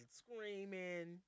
screaming